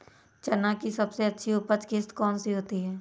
चना की सबसे अच्छी उपज किश्त कौन सी होती है?